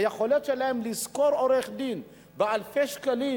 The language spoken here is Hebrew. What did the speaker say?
היכולת שלהן לשכור עורך-דין באלפי שקלים